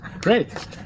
great